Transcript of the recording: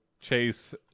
chase